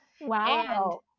Wow